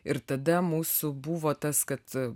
ir tada mūsų buvo tas kad